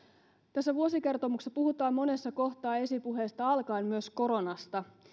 tässä vuosikertomuksessa puhutaan monessa kohtaa esipuheesta alkaen myös koronasta